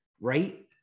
right